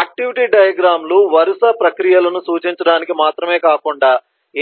activity diagram లు వరుస ప్రక్రియలను సూచించడానికి మాత్రమే కాకుండా